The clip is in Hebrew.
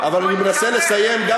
הוא הציע את זה,